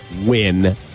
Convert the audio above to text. win